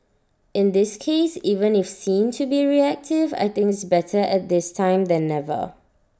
in this case even if seen to be reactive I think it's better at this time than never